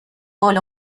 بال